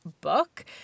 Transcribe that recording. book